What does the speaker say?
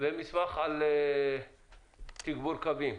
ומסמך על תגבור קווים.